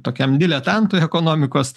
tokiam diletantui ekonomikos